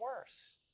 worse